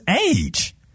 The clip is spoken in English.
age